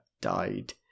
died